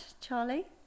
Charlie